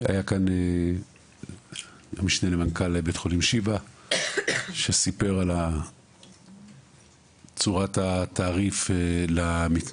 היה כאן המשנה למנכ"ל בית החולים שיבא שסיפר על צורת התעריף למתמחים